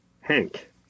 Hank